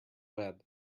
web